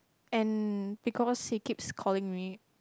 and because he keeps calling me